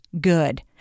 good